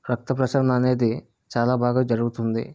రక్త ప్రసరణ అనేది చాలా బాగా జరుగుతుంది